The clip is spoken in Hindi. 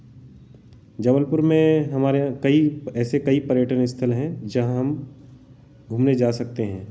जबलपुर में हमारे कई ऐसे पर्यटन स्थल हैं जहाँ हम घूमने जा सकते हैं